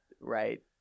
right